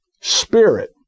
spirit